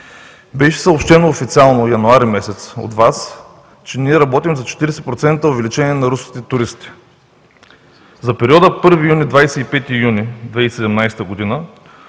Беше съобщено официално януари месец от Вас, че ние работим за 40% увеличение на руските туристи. За периода 1 юни – 25 юни 2017 г.